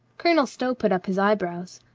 colonel stow put up his eyebrows.